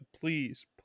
please